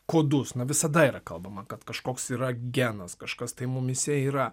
kodus na visada yra kalbama kad kažkoks yra genas kažkas tai mumyse yra